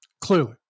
clearly